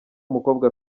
umukobwa